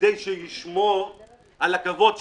כדי לשמור על הכבוד שלו.